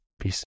peace